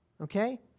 Okay